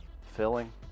filling